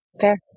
Fair